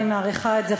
אני מעריכה את זה,